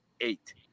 eight